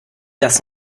das